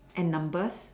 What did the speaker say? and numbers